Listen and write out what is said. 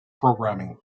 programming